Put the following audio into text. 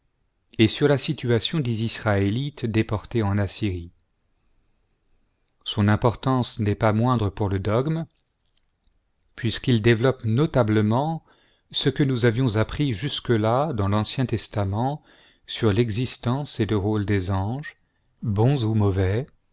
et sur la situation des israélites déportés en assyrie son importance n'est pas moindre pour le dogme puisqu'il développe notablement ce que nous avions appris jusque-là dans l'ancien testament sur l'existence et le rôle des anges bons ou mauvais